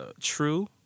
True